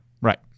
Right